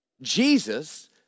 Jesus